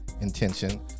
intention